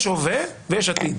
יש הווה ויש עתיד.